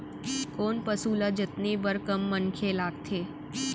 कोन पसु ल जतने बर कम मनखे लागथे?